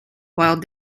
while